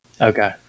okay